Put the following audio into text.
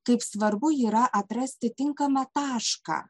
kaip svarbu yra atrasti tinkamą tašką